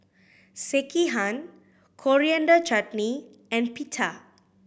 Sekihan Coriander Chutney and Pita